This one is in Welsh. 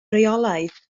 rheolaidd